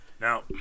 Now